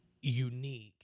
unique